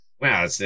wow